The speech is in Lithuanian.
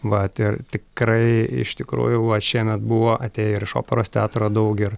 vat ir tikrai iš tikrųjų buvo šiemet buvo atėję ir iš operos teatro daug ir